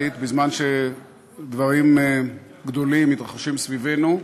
בזמן שדברים גדולים מתרחשים סביבנו.